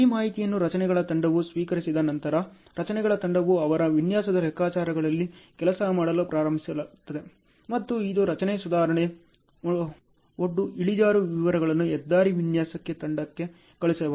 ಈ ಮಾಹಿತಿಯನ್ನು ರಚನೆಗಳ ತಂಡವು ಸ್ವೀಕರಿಸಿದ ನಂತರ ರಚನೆಗಳ ತಂಡವು ಅವರ ವಿನ್ಯಾಸದ ಲೆಕ್ಕಾಚಾರಗಳಲ್ಲಿ ಕೆಲಸ ಮಾಡಲು ಪ್ರಾರಂಭಿಸುತ್ತದೆ ಮತ್ತು ಇದು ರಚನೆ ಸುಧಾರಣೆ ಒಡ್ಡು ಇಳಿಜಾರು ವಿವರಗಳನ್ನು ಹೆದ್ದಾರಿ ವಿನ್ಯಾಸ ತಂಡಕ್ಕೆ ಕಳುಹಿಸಬಹುದು